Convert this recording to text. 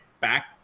back